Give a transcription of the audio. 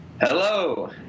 Hello